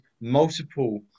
multiple